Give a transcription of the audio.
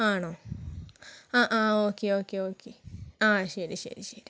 ആണോ ആ ആ ഓക്കേ ഓക്കേ ഓക്കേ ആ ശരി ശരി ശരി